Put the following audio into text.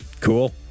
Cool